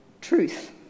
truth